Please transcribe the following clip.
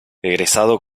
egresado